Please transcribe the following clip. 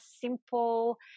simple